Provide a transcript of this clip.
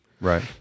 right